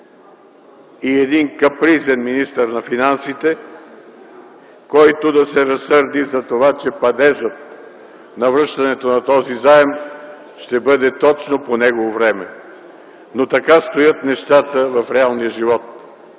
и един капризен министър на финансите, който да се разсърди за това, че падежът на връщането на този заем ще бъде точно по негово време. Но така стоят нещата в реалния живот.